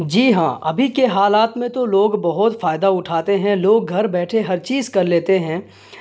جی ہاں ابھی کے حالات میں تو لوگ بہت فائدہ اٹھاتے ہیں لوگ گھر بیٹھے ہر چیز کر لیتے ہیں